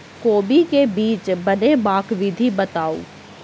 कोबी केँ बीज बनेबाक विधि बताऊ?